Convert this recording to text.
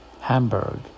Hamburg